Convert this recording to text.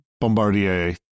Bombardier